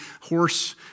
horse